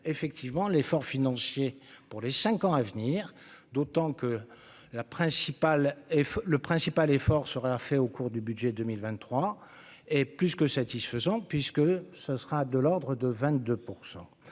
effectivement l'effort financier pour les 5 ans à venir, d'autant que la principale et le principal effort sera fait au cours du budget 2023 et plus que satisfaisante puisque ce sera de l'ordre de 22